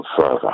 further